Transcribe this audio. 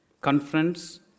conference